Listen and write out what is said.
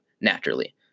naturally